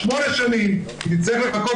שמונה שנים היא תצטרך לחכות,